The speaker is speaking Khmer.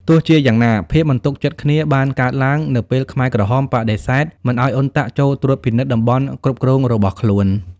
ទោះជាយ៉ាងណា ភាពមិនទុកចិត្តគ្នាបានកើតឡើង នៅពេលខ្មែរក្រហមបដិសេធមិនឱ្យអ៊ុនតាក់ចូលត្រួតពិនិត្យតំបន់គ្រប់គ្រងរបស់ខ្លួន។